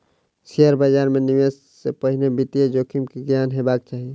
share बाजार मे निवेश से पहिने वित्तीय जोखिम के ज्ञान हेबाक चाही